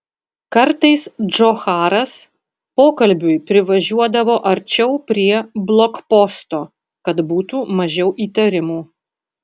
kartais džocharas pokalbiui privažiuodavo arčiau prie blokposto kad būtų mažiau įtarimų